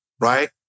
right